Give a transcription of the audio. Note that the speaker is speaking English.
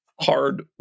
hard